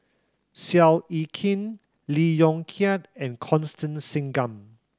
Seow Yit Kin Lee Yong Kiat and Constance Singam